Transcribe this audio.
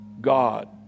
God